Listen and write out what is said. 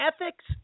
ethics